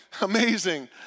Amazing